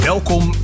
Welkom